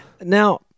Now